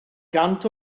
gant